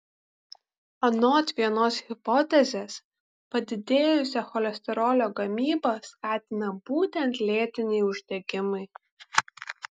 anot vienos hipotezės padidėjusią cholesterolio gamybą skatina būtent lėtiniai uždegimai